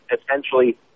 essentially